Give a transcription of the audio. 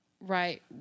right